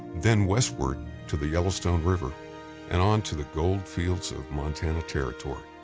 then westward to the yellowstone river and on to the gold fields of montana territory.